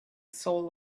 soul